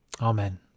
Amen